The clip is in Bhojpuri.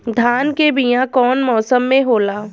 धान के बीया कौन मौसम में होला?